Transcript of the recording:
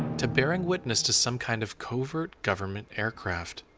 to bearing witness to some kind of covert government aircraft.